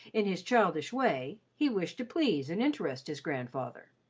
in his childish way, he wished to please and interest his grandfather.